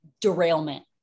derailment